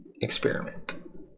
experiment